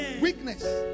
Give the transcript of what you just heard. Weakness